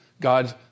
God